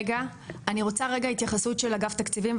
אני רוצה רגע התייחסות של אגב תקציבים,